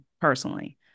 personally